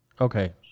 Okay